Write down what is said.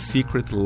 Secret